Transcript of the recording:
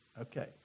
Okay